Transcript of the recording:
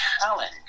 challenge